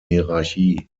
hierarchie